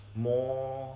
more